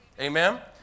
Amen